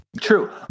True